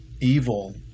evil